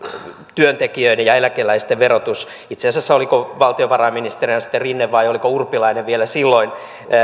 työntekijöiden ja eläkeläisten verotus itse asiassa oliko valtiovarainministerinä sitten rinne vai oliko urpilainen vielä silloin